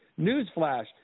Newsflash